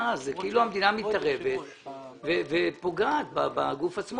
זה כאילו המדינה מתערבת ופוגעת בגוף עצמו